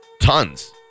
Tons